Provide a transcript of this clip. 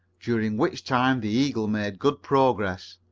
during which time the eagle made good progress.